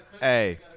hey